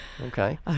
Okay